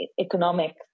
economic